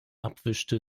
abwischte